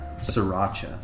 sriracha